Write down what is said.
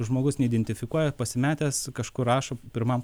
žmogus neidentifikuoja pasimetęs kažkur rašo pirmam